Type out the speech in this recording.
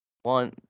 One